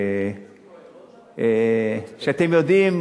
שאתם יודעים,